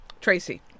tracy